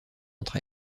entre